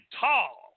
tall